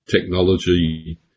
technology